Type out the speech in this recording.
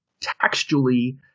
textually